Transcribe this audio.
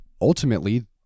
ultimately